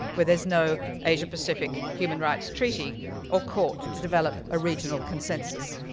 where there's no asia-pacific human rights treaty or court to develop a regional consensus.